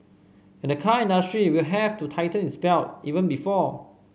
and the car industry will have to tighten its belt even before